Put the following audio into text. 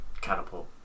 catapult